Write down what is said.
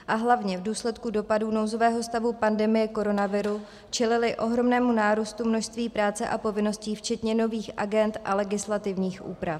A hlavně v důsledku dopadů nouzového stavu pandemie koronaviru čelili ohromnému nárůstu množství práce a povinností včetně nových agend a legislativních úprav.